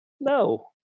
no